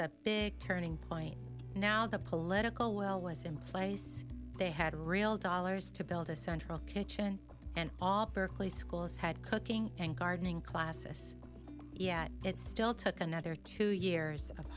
a big turning point now the political well was in place they had a real dollars to build a central kitchen and all berkeley schools had cooking and gardening classes yet it still took another two years of